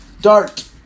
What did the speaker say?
Dart